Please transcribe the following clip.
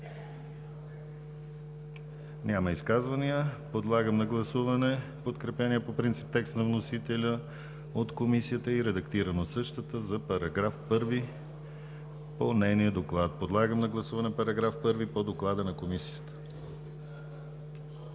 Няма изказвания. Подлагам на гласуване подкрепения по принцип текст на вносителя от Комисията и редактиран от същата за § 1 по нейния доклад. Подлагам на гласуване § 1 по доклада на Комисията.